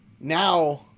Now